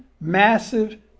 massive